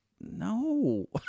no